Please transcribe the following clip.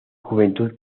juventud